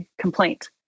complaint